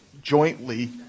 jointly